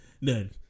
None